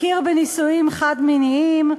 הכיר בנישואים חד-מיניים.